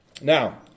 Now